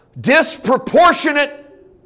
disproportionate